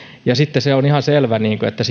ja sitten se on ihan selvä että